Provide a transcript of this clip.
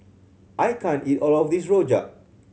I can't eat all of this rojak